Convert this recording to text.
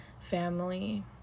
family